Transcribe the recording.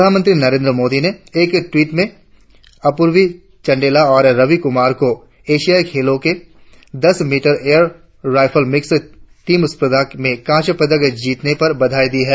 प्रधानमंत्री नरेंद्र मोदी ने एक टवीट में अपूर्वी चन्देला और रवि कुमार को एशियाई खेलों में दस metre air rifle mixed team स्पर्धा में कास्य पदक जीतने पर बधाई दी है